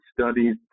studies